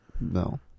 No